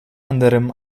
anderem